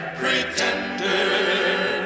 pretender